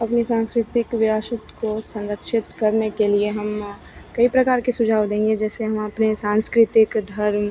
अपनी सांस्कृतिक विरासत को संरक्षित करने के लिए हम कई प्रकार के सुझाव देंगे जैसे हम अपने सांस्कृतिक धर्म